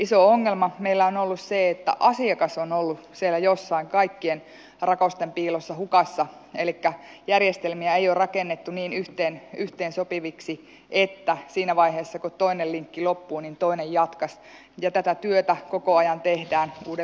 iso ongelma meillä on ollut se että asiakas on ollut siellä jossain kaikkien rakosten piilossa hukassa elikkä järjestelmiä ei ole rakennettu niin yhteensopiviksi että siinä vaiheessa kun toinen linkki loppuu niin toinen jatkaisi ja tätä työtä koko ajan tehdään uuden